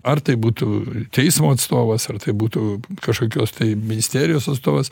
ar tai būtų teismo atstovas ar tai būtų kažkokios tai ministerijos atstovas